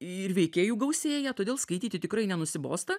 ir veikėjų gausėja todėl skaityti tikrai nenusibosta